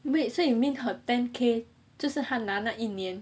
wait so you mean her ten K 就是他拿那一年